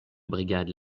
brigade